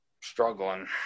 struggling